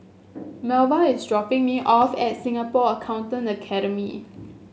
Melva is dropping me off at Singapore Accountancy Academy